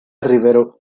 rivero